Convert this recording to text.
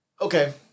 Okay